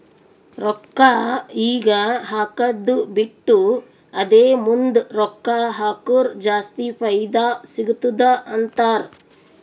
ರೊಕ್ಕಾ ಈಗ ಹಾಕ್ಕದು ಬಿಟ್ಟು ಅದೇ ಮುಂದ್ ರೊಕ್ಕಾ ಹಕುರ್ ಜಾಸ್ತಿ ಫೈದಾ ಸಿಗತ್ತುದ ಅಂತಾರ್